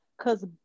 cause